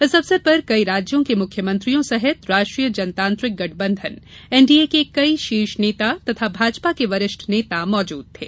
इस अवसर पर कई राज्यों के मुख्यमंत्रियों सहित राष्ट्रीय जनतांत्रिक गठबंधन एनडीए के कई शीर्ष नेता तथा भाजपा के वरिष्ठ नेता मौजूद थे